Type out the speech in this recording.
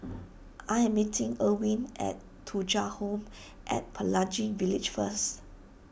I am meeting Erwin at Thuja Home at Pelangi Village first